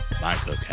Michael